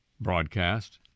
broadcast